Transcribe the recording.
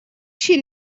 she